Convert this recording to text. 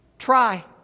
try